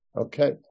okay